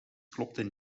klopten